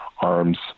arms